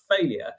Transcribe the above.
failure